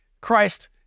Christ